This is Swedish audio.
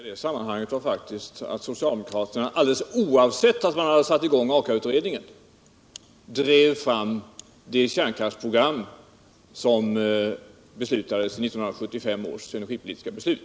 Herr talman! Det viktiga i det sammanhanget var faktiskt att socialdemokraterna — trots att Aka-utredningen inte var klar och utan att de här frågorna var beaktade — drev fram det kärnkraftsprogram som fastställdes vid 1975 års energipolitiska beslut.